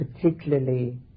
particularly